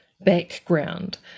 background